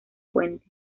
puente